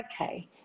okay